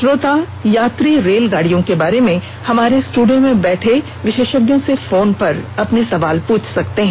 श्रोता यात्री रेलगाड़ियों के बारे में हमारे स्टुडियो में बैठे विशेषज्ञों र्से फोन पर अपने सवाल पूछ सकते हैं